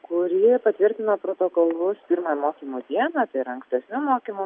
kuri patvirtino protokolus pirmąją mokymų dieną tai yra ankstesnių mokymų